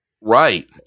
right